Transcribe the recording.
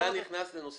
אתה נכנס לנושא